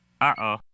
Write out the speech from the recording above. Uh-oh